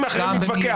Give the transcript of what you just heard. בנושאים האחרים נתווכח,